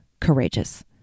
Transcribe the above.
courageous